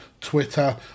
Twitter